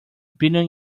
billion